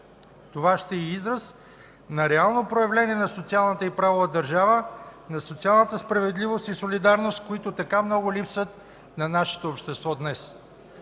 Това ще е израз на реално проявление на социалната и правова държава, на социалната справедливост и солидарност, които така много липсват на нашето общество днес.